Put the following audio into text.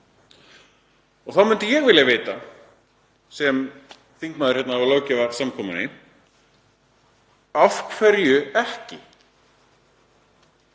Þá myndi ég vilja vita sem þingmaður hér á löggjafarsamkomunni: Af hverju ekki?